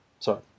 Sorry